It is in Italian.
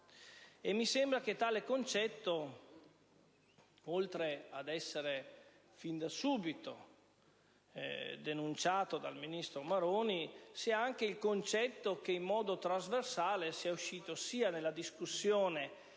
Mi sembra che tale concetto, oltre ad essere fin da subito denunciato dal ministro Maroni, sia stato espresso in modo trasversale anche nel corso della discussione